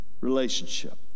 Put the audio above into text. relationship